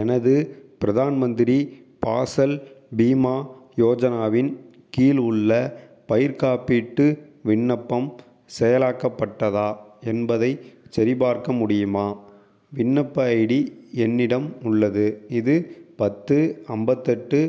எனது பிரதான் மந்திரி பாசல் பீமா யோஜனாவின் கீழ் உள்ள பயிர்க் காப்பீட்டு விண்ணப்பம் செயலாக்கப்பட்டதா என்பதை சரிபார்க்க முடியுமா விண்ணப்ப ஐடி என்னிடம் உள்ளது இது பத்து ஐம்பத்தெட்டு